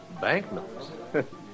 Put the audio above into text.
Banknotes